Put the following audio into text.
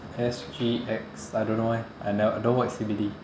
S_G_X I don't eh I never I don't work at C_B_D